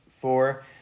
four